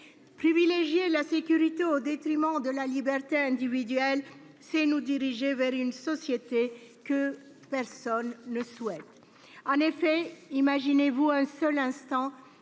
Privilégier la sécurité au détriment de la liberté individuelle, c'est nous orienter vers une société que personne ne souhaite. Imaginez-vous un seul instant